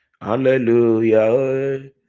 Hallelujah